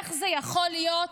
איך זה יכול להיות